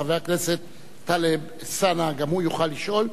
חבר הכנסת טלב אלסאנע גם הוא יוכל לשאול,